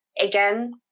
again